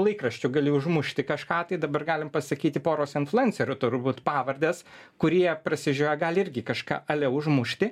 laikraščiu gali užmušti kažką tai dabar galim pasakyti poros influencerių turbūt pavardes kurie prasižioję gali irgi kažką ale užmušti